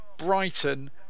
Brighton